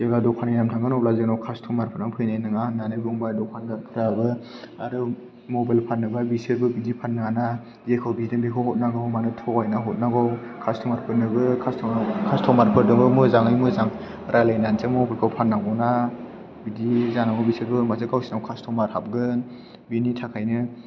जेब्ला दखाननि नाम थांगोन अब्ला जोंनाव कास्टमारफोरानो फैनाय नङा होननानै बुंबाय दखानदारफोराबो आरो मबाइल फाननोबा बिसोरबो बिदि फाननाङाना जेखौ बिदों बेखौ हरनांगौ मानो थगायनानै हरनांगौ कास्टमारफोरनोबो कास्टमारफोरनोबो मोजाङै मोजां रायलायनानैसो मबायलखौ फाननांगौना बिदि जानांगौ बिसोरबो होनबासो गावसिनाव कास्टमार हाबगोन बिनि थाखायनो